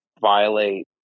violate